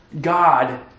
God